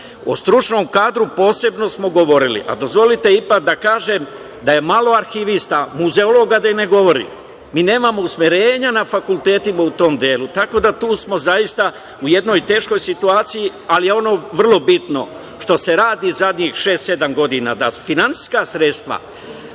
stručnom kadru posebno smo govorili, a dozvolite ipak da kažem da je malo arhivista, muzeologa da i ne govorim. Mi nemamo usmerenja na fakultetima u tom delu, tako da smo tu zaista u jednoj teškoj situaciji, ali je vrlo bitno ono što se radi zadnjih šest, sedam godina. Finansijska sredstva